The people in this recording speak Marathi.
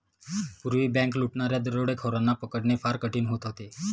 पूर्वी बँक लुटणाऱ्या दरोडेखोरांना पकडणे फार कठीण होत होते